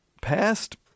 past